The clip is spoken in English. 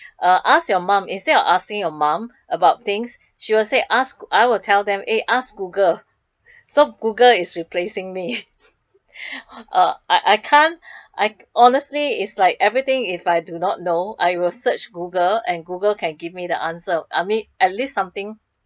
uh ask your mom instead of asking your mom about things she will say ask I will tell them eh ask google so google is replacing me uh I I can't I honestly is like everything if I do not know I will search google and google can give me the answer I mean at least something